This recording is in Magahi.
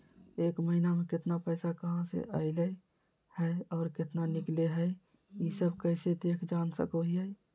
एक महीना में केतना पैसा कहा से अयले है और केतना निकले हैं, ई सब कैसे देख जान सको हियय?